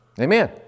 Amen